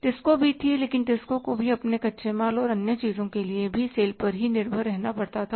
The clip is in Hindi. TISCO भी थी लेकिन TISCO को भी अपने कच्चे माल और अन्य चीजों के लिए भी सेल पर निर्भर रहना पड़ता था